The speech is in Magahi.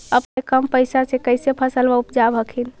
अपने कम पैसा से कैसे फसलबा उपजाब हखिन?